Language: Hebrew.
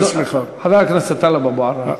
חבר הכנסת טלב אבו עראר,